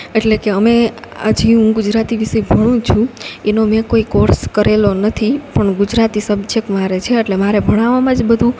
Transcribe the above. એટલે કે અમે હજી હું ગુજરાતી વિષય ભણું છું એનો મેં કોઈ કોર્સ કરેલો નથી પણ ગુજરાતી સબ્જેક્ટ મારે છે એટલે મારે ભણવામાં જ બધું